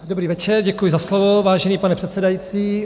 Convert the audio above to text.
Dobrý večer, děkuji za slovo, vážený pane předsedající.